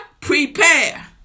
prepare